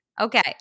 Okay